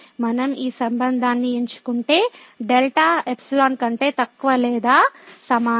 మనం ఈ సంబంధాన్ని ఎంచుకుంటే δ ϵ కంటే తక్కువ లేదా సమానం